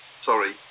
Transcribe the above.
sorry